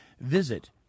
visit